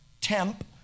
temp